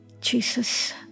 Jesus